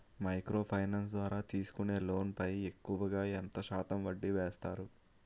Micro finance ద్వారా తీసుకునే loan పై ఎక్కువుగా ఎంత శాతం వడ్డీ వేస్తారు?